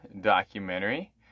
documentary